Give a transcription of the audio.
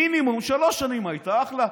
מינימום שלוש שנים היית, אחלה.